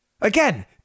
Again